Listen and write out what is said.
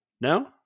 no